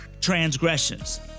transgressions